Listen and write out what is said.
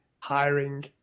hiring